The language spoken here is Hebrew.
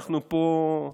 אנחנו פה,